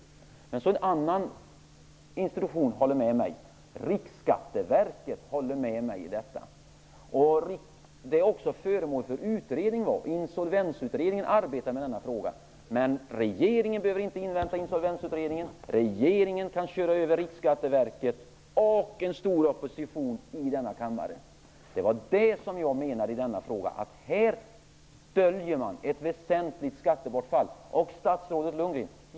Även en annan institution håller med mig, nämligen Detta är också föremål för utredning. Insolvensutredningen arbetar med denna fråga. Men regeringen behöver inte invänta Insolvensutredningen. Regeringen kan köra över Riksskatteverket och en stor opposition i denna kammare. Jag menar att i den här frågan döljer man ett väsentligt skattebortfall.